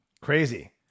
Crazy